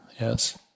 Yes